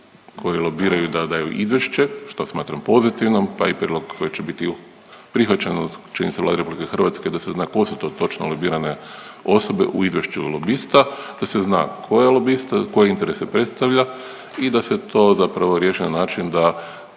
koji lobiraju da daju izvješće, što smatram pozitivnom, pa i prijedlog koji će biti prihvaćen od čini se Vlade RH da se zna ko su to točno lobirane osobe u izvješću lobista, da se zna ko je lobista, koje interese predstavlja i da se to zapravo riješi na način da